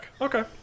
Okay